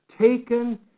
taken